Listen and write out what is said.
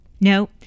No